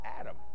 Adam